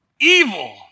evil